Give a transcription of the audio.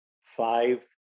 five